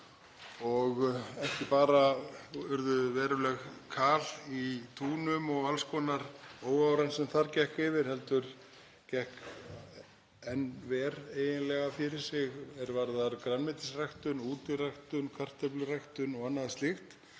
og ekki bara varð verulegt kal í túnum og alls konar óáran sem þar gekk yfir heldur gekk enn verr eiginlega fyrir sig er varðar grænmetisræktun, útiræktun, kartöfluræktun og annað slíkt,